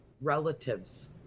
relatives